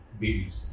babies